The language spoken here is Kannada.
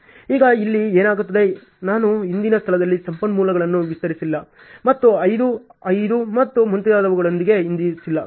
ಈಗ ಇಲ್ಲಿ ಏನಾಗುತ್ತದೆ ನಾನು ಹಿಂದಿನ ಸ್ಥಳಗಳಲ್ಲಿ ಸಂಪನ್ಮೂಲಗಳನ್ನು ವಿತರಿಸಿಲ್ಲ ಮತ್ತು 5 5 ಮತ್ತು ಮುಂತಾದವುಗಳೊಂದಿಗೆ ಹೊಂದಿಸಿಲ್ಲ